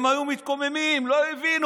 הם היו מתקוממים, לא הבינו.